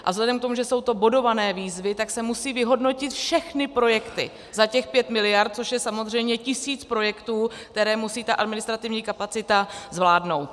A vzhledem k tomu, že jsou to bodované výzvy, tak se musí vyhodnotit všechny projekty za těch 5 mld., což je samozřejmě tisíc projektů, které musí ta administrativní kapacita zvládnout.